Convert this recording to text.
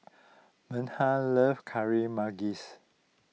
Meghan loves Manggis